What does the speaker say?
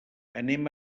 anem